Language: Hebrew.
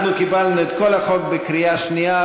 אנחנו קיבלנו את כל החוק בקריאה שנייה,